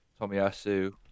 Tomiyasu